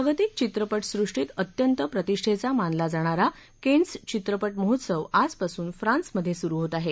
जागतिक चित्रपटसृष्टीत अत्यंत प्रतिष्ठेचा मानला जाणारा केनस् चित्रपट महोत्सव आजपासून फ्रान्समधे सुरु होत आहे